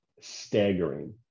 staggering